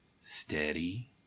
steady